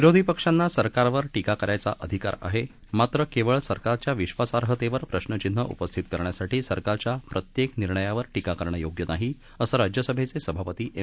विरोधी पक्षांना सरकारवर टीका करायचा अधिकार आहे मात्र केवळ सरकारच्या विधासाहतेवर प्रश्नचिन्ह उपस्थित करण्यासाठी सरकारच्या प्रत्येक निर्णयावर टीका करणं योग्य नाही असं राज्यसभेचे सभापती एम